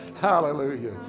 Hallelujah